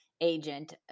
agent